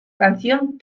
canción